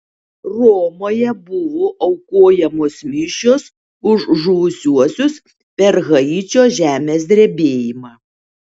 romoje buvo aukojamos mišios už žuvusiuosius per haičio žemės drebėjimą